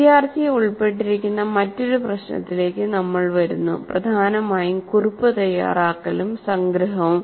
വിദ്യാർത്ഥി ഉൾപ്പെട്ടിരിക്കുന്ന മറ്റൊരു പ്രശ്നത്തിലേക്ക് നമ്മൾ വരുന്നു പ്രധാനമായും കുറിപ്പ് തയ്യാറാക്കലും സംഗ്രഹവും